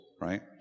right